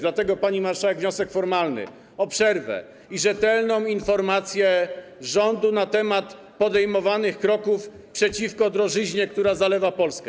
Dlatego, pani marszałek, zgłaszam wniosek formalny o przerwę i rzetelną informację rządu na temat podejmowanych kroków przeciwko drożyźnie, która zalewa Polskę.